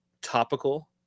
topical